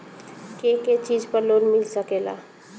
के के चीज पर लोन मिल सकेला?